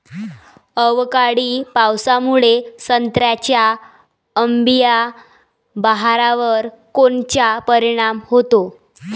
अवकाळी पावसामुळे संत्र्याच्या अंबीया बहारावर कोनचा परिणाम होतो?